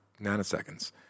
nanoseconds